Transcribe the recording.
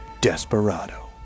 Desperado